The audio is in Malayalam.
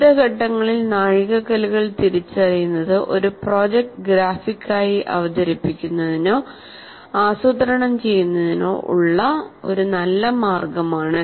വിവിധ ഘട്ടങ്ങളിൽ നാഴികക്കല്ലുകൾ തിരിച്ചറിയുന്നത് ഒരു പ്രോജക്റ്റ് ഗ്രാഫിക്കായി അവതരിപ്പിക്കുന്നതിനോ ആസൂത്രണം ചെയ്യുന്നതിനോ ഉള്ള ഒരു നല്ല മാർഗമാണ്